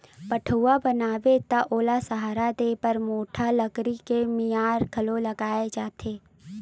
पठउहाँ बनाबे त ओला सहारा देय बर मोठ लकड़ी के मियार घलोक लगाए जाथे